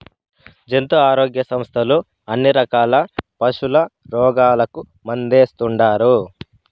జంతు ఆరోగ్య సంస్థలు అన్ని రకాల పశుల రోగాలకు మందేస్తుండారు